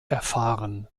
erfahren